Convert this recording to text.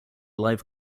live